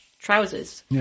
trousers